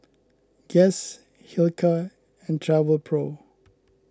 Guess Hilker and Travelpro